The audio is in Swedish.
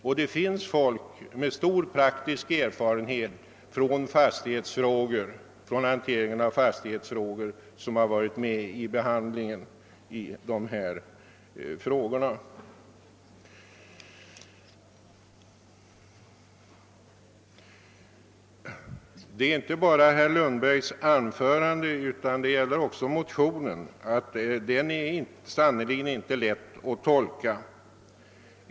Och det finns folk med stor praktisk erfarenhet av fastighetsfrågor, som har varit med i behandlingen av detta lagförslag. | Det gäller inte bara om herr Lundbergs anförande utan också om hans motion, att det sannerligen inte är lätt att tolka innehållet.